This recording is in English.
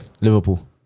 Liverpool